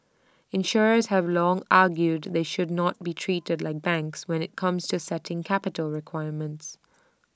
insurers have long argued they should not be treated like banks when IT comes to setting capital requirements